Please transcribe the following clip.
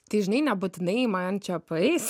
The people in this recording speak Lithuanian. tai žinai nebūtinai man čia paeis